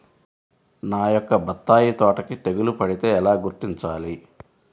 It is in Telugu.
నా యొక్క బత్తాయి తోటకి తెగులు పడితే ఎలా గుర్తించాలి?